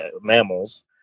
mammals